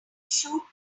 shoot